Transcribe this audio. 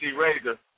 Razor